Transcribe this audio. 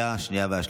נתקבלה.